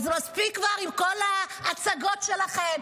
אז מספיק כבר עם כל ההצגות שלכם,